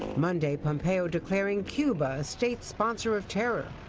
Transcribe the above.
monday, pompeo declaring cuba a state sponsor of terror.